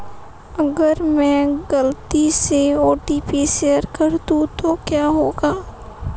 अगर मैं गलती से ओ.टी.पी शेयर कर दूं तो क्या होगा?